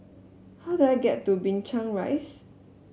how do I get to Binchang Rise